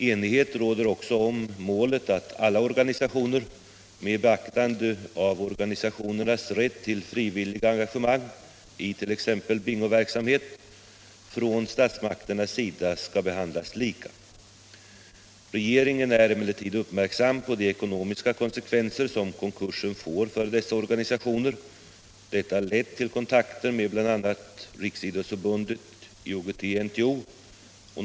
Enighet råder också om målet att alla organisationer — med beaktande av organisationernas rätt till frivilliga engagemang i t.ex. bingoverksamhet — från statsmakternas sida skall behandlas lika. Regeringen är emellertid uppmärksam på de ekonomiska konsekvenser som konkursen får för dessa organisationer. Detta har lett till kontakter med bl.a. Riksidrottsförbundet och IOGT-NTO.